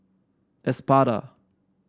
Espada